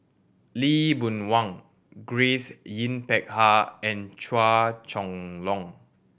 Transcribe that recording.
Lee Boon Wang Grace Yin Peck Ha and Chua Chong Long